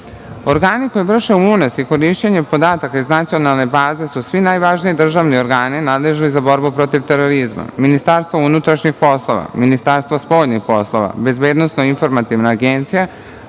licaOrgani koji vrše unos i korišćenje podataka iz nacionalne baze su svi najvažniji državni organi nadležni za borbu protiv terorizma: Ministarstvo unutrašnjih poslova, Ministarstvo spoljnih poslova, Bezbednosno-informativna agencija,